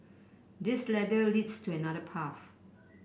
this ladder leads to another path